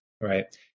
right